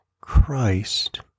Christ